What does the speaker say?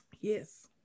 Yes